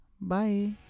Bye